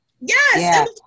Yes